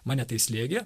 mane tai slėgė